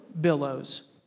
billows